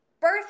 birth